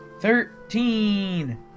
Thirteen